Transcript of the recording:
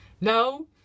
No